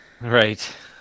Right